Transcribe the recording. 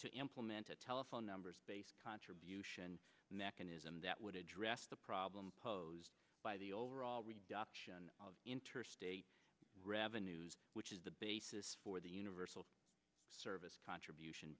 to implement a telephone numbers based contribution mechanism that would address the problem posed by the overall reduction of interstate revenues which is the basis for the universal service contribution